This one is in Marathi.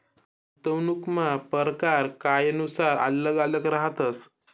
गुंतवणूकना परकार कायनुसार आल्लग आल्लग रहातस